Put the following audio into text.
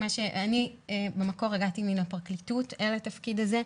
אני במקור הגעתי מהפרקליטות לתפקיד הזה,